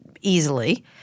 easily